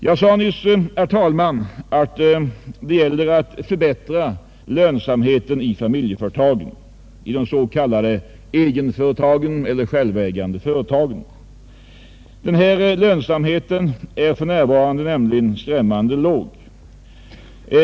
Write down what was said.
Jag sade nyss, herr talman, att det gäller att förbättra lönsamheten i familjeföretagen, de s.k. egenföretagen. Denna lönsamhet är nämligen för närvarande skrämmande låg.